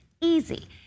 easy